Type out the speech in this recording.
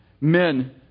men